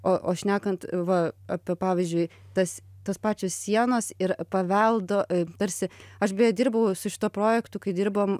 o o šnekant va apie pavyzdžiui tas tos pačios sienos ir paveldo tarsi aš beje dirbau su šituo projektu kai dirbom